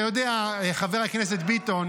תבטל את תשלומי ההורים --- לא חינוך חינם,